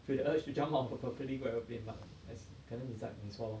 for the urge to jump out of a properly airplane but as 可能 it's like 你说 lor